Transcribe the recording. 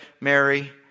Mary